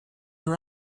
your